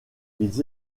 ils